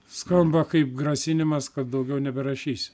skamba kaip grasinimas kad daugiau neberašysiu